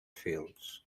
fields